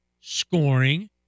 scoring